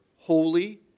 holy